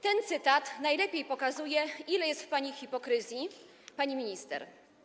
Ten cytat najlepiej pokazuje, ile jest w pani hipokryzji, pani minister.